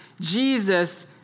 Jesus